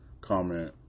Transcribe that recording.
comment